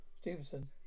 Stevenson